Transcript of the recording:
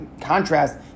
contrast